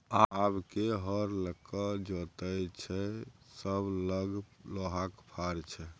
आब के हर लकए जोतैय छै सभ लग लोहाक फार छै